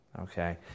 okay